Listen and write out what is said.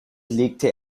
legte